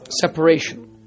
separation